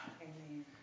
Amen